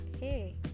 hey